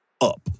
Up